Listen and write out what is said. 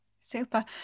super